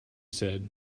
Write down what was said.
said